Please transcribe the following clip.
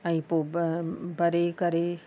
ऐं पोइ भ भरे करे